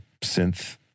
synth